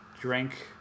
drink